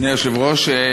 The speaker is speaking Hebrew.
אדוני היושב-ראש,